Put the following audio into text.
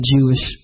Jewish